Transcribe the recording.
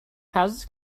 houses